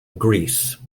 greece